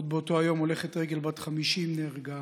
עוד באותו היום הולכת רגל בת 50 נהרגה